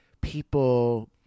people